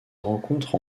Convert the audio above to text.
rencontre